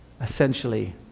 essentially